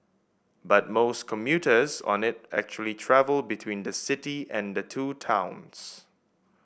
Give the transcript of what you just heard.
but most commuters on it actually travel between the city and the two towns